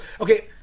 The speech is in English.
okay